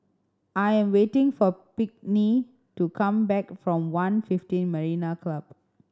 I am waiting for Pinkney to come back from One fifteen Marina Club